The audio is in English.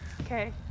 Okay